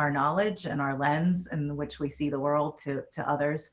our knowledge and our lens in which we see the world to to others.